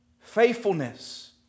Faithfulness